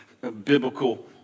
biblical